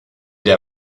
der